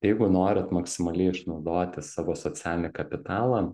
jeigu norit maksimaliai išnaudoti savo socialinį kapitalą